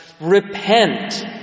repent